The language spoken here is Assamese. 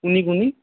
কুনি কুনি